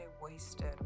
wasted